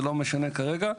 זה לא משנה כרגע.